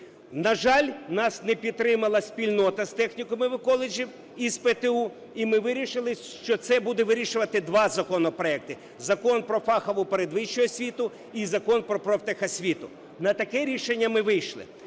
На жаль, нас не підтримала спільнота з технікумів і коледжів, і з ПТУ. І ми вирішили, що це буде вирішувати два законопроекти: Закон про фахову передвищу освіту і Закон про профтехосвіту - на таке рішення ми вийшли.